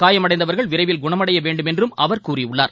காயமடைந்தவர்கள் விரைவில் குணமடைய வேண்டும் என்றும் அவர் கூறியுள்ளார்